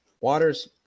Water's